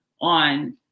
on